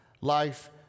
life